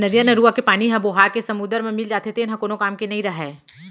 नदियाँ, नरूवा के पानी ह बोहाके समुद्दर म मिल जाथे तेन ह कोनो काम के नइ रहय